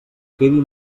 quedi